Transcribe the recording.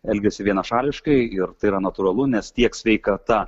elgiasi vienašališkai ir tai yra natūralu nes tiek sveikata